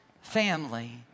family